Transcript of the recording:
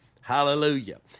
Hallelujah